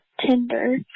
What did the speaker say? Tinder